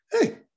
Hey